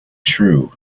true